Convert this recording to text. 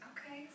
Okay